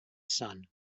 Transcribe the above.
son